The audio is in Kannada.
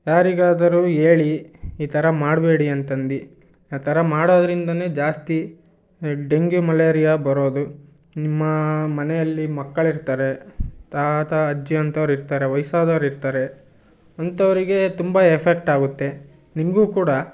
ಯಾರಿಗಾದರೂ ಹೇಳಿ ಈ ಥರ ಮಾಡಬೇಡಿ ಅಂತಂದು ಆ ಥರ ಮಾಡೋದರಿಂದನೇ ಜಾಸ್ತಿ ಡೆಂಗ್ಯೂ ಮಲೇರಿಯಾ ಬರೋದು ನಿಮ್ಮ ಮನೆಯಲ್ಲಿ ಮಕ್ಕಳು ಇರ್ತಾರೆ ತಾತ ಅಜ್ಜಿ ಅಂಥವ್ರು ಇರ್ತಾರೆ ವಯ್ಸಾದವ್ರು ಇರ್ತಾರೆ ಅಂಥವರಿಗೆ ತುಂಬ ಎಫೆಕ್ಟ್ ಆಗುತ್ತೆ ನಿಮಗೂ ಕೂಡ